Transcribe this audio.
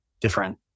different